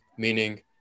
Meaning